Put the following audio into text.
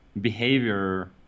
behavior